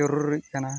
ᱡᱚᱨᱩᱨᱤᱜ ᱠᱟᱱᱟ